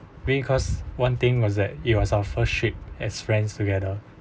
being cause one thing was that it was our first trip as friends together